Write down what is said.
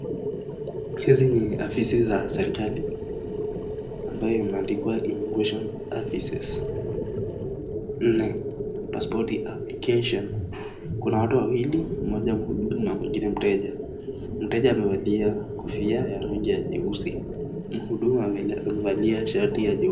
Hizi ni ofisi za serikali ambayo imeandikwa Immigration offices 4 Passport Application. Kuna watu wawili, mmoja mhudumu na mwingine mteja. Mteja amevalia kofia ya rangi ya jeusi, mhudumu amevalia shati ya jeupe.